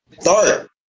start